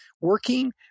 working